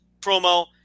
promo